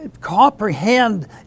comprehend